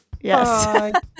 Yes